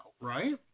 right